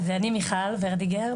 אז אני מיכל ורדיגר,